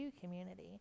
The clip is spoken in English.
community